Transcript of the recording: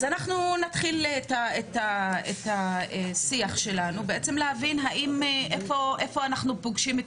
אז אנחנו נתחיל את השיח שלנו כדי בעצם להבין איפה אנחנו פוגשים את